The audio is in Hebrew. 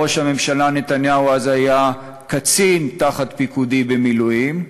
ראש הממשלה נתניהו אז היה קצין תחת פיקודי במילואים,